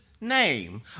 name